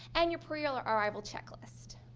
and your prearrival checklist.